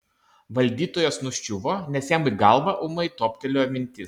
valdytojas nuščiuvo nes jam į galvą ūmai toptelėjo mintis